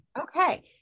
okay